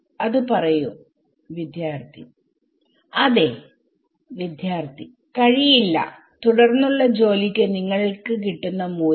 അത് പറയൂ അതേ വിദ്യാർത്ഥി കഴിയില്ല Refer time 2309 തുടർന്നുള്ള ജോലിക്ക് നിങ്ങൾക്ക് കിട്ടുന്ന മൂല്യം